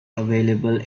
available